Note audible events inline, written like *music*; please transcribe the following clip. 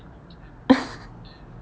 *laughs*